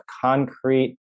concrete